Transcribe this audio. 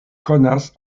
konas